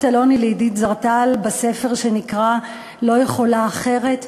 אלוני לעדית זרטל בספר שנקרא "לא יכולה אחרת",